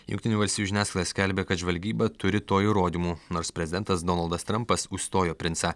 jungtinių valstijų žiniasklaida skelbia kad žvalgyba turi to įrodymų nors prezidentas donaldas trumpas užstojo princą